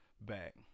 back